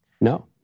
No